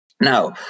Now